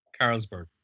Carlsberg